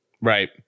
Right